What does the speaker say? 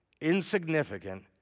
insignificant